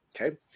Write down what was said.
Okay